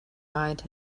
eyed